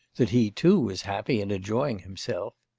that he too was happy and enjoying himself.